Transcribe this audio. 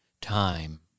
Time